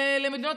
לאילת,